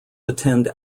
attend